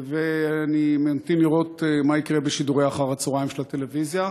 ואני ממתין לראות מה יקרה בשידורי אחר הצהריים של הטלוויזיה.